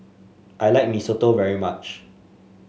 I like Mee Soto very much